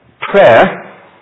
Prayer